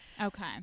okay